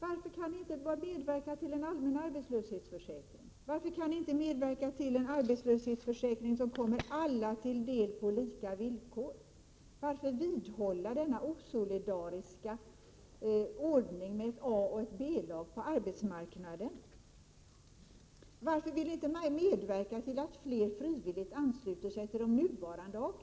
Varför kan ni inte medverka till en allmän arbetslöshetsförsäkring? Varför kan ni inte medverka till en försäkring som kommer alla till del på lika villkor? Varför vidhålla denna osolidariska ordning med ett A och ett B-lag på arbetsmarknaden? Varför vill ni inte medverka till att fler frivilligt ansluter sig till de nuvarande A-kassorna? Prot.